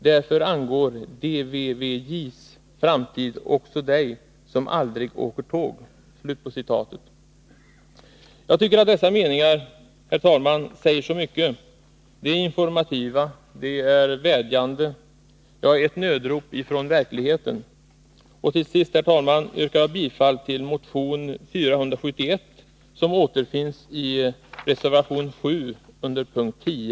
Därför angår DVVJ:s framtid också dig som aldrig åker tåg.” Jag tycker att dessa meningar säger mycket. De är informativa, de är vädjande, ja, ett nödrop från verkligheten. Till sist, herr talman, yrkar jag bifall till motion 471, som tillstyrks i reservation 7 under punkt 10i.